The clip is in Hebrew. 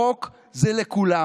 החוק הוא לכולם,